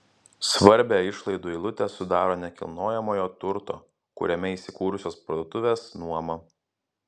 svarbią išlaidų eilutę sudaro nekilnojamojo turto kuriame įsikūrusios parduotuvės nuoma